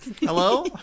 Hello